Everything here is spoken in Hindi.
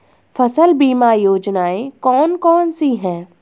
फसल बीमा योजनाएँ कौन कौनसी हैं?